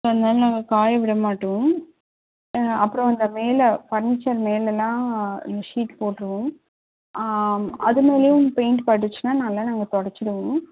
அதனால் நாங்கள் காய விட மாட்டோம் அப்புறம் அந்த மேலே ஃபர்னிச்சர் மேலெலாம் ஷீட் போட்ருவோம் அது மேலையும் பெயிண்ட் பட்டுச்சுன்னால் நல்லா நாங்கள் தொடச்சுடுவோம்